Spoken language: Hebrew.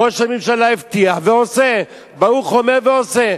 ראש הממשלה הבטיח ועושה, ברוך אומר ועושה.